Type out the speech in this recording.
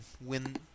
win